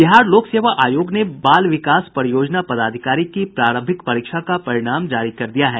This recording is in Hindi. बिहार लोक सेवा आयोग ने बाल विकास परियोजना पदाधिकारी की प्रारंभिक परीक्षा का परिणाम जारी कर दिया है